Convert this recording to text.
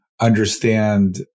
understand